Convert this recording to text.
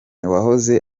wahoze